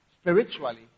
spiritually